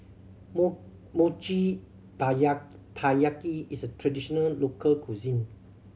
mochi taiyaki is a traditional local cuisine